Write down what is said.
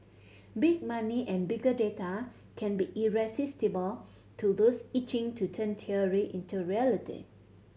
big money and bigger data can be irresistible to those itching to turn theory into reality